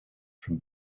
from